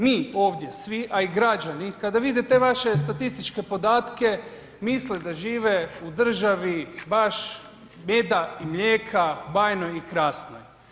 Mi ovdje svi, a i građani kada vide te vaše statističke podatke misle da žive u državni baš meda i mlijeka, bajnoj i krasnoj.